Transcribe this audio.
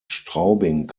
straubing